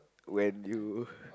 when you